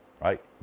right